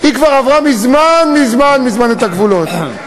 היא כבר עברה מזמן מזמן מזמן את הגבולות.